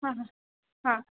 હા હા